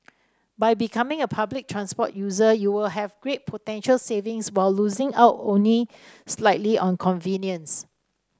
by becoming a public transport user you will have great potential savings while losing out only slightly on convenience